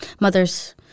mothers